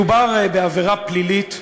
מדובר בעבירה פלילית,